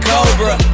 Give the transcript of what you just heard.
Cobra